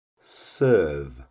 serve